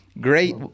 great